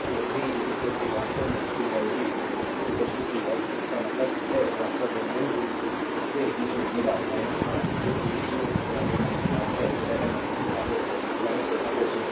तो v वास्तव में 2 i v 2 i इसका मतलब है वास्तव में मूल रूप से मुझे मिला 8 जो कि 2 8 है वह है 16 वोल्ट 16 वोल्ट